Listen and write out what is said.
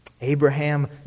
Abraham